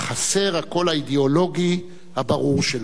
חסר הקול האידאולוגי הברור שלו.